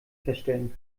feststellen